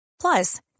Plus